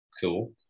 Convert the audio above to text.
Cool